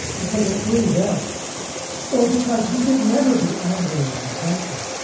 because of free will or because we should never be angry or resentful,